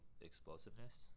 explosiveness